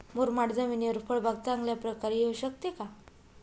मुरमाड जमिनीवर फळबाग चांगल्या प्रकारे येऊ शकते का?